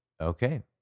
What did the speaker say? Okay